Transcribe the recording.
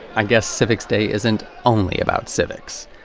i guess civics day isn't only about civics.